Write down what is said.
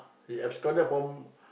he absconded from